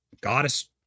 goddess